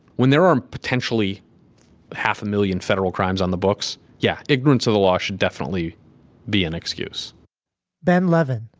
when there are potentially half a million federal crimes on the books. yeah. ignorance of the law should definitely be an excuse ben levin,